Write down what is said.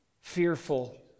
fearful